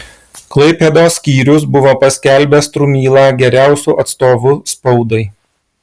klaipėdos skyrius buvo paskelbęs strumylą geriausiu atstovu spaudai